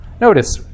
notice